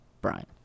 Brian